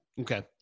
Okay